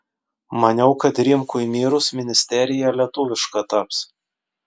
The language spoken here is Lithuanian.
maniau kad rimkui mirus ministerija lietuviška taps